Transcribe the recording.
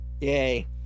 yay